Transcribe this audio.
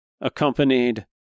accompanied